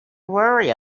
worry